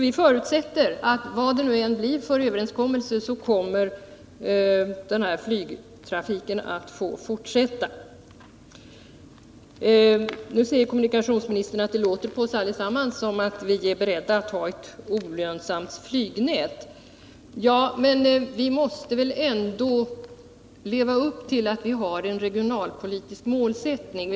Vi förutsätter att flygtrafiken, vilken överenskommelse som än träffas, kommer att få fortsätta. Kommunikationsministern säger nu att det låter som om vi allesammans är beredda på att ha ett olönsamt flygnät. Jag vill på det svara att vi väl ändå måste ta hänsyn till de regionalpolitiska mål som vi har.